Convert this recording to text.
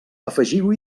afegiu